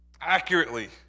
accurately